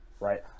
right